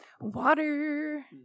Water